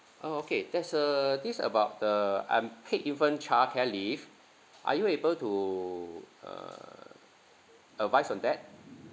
uh okay there's a this about the unpaid infant childcare leave are you able to uh advice on that